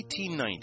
1890